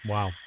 Wow